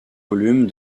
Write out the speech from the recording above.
volume